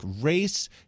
race